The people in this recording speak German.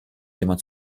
jemand